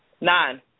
Nine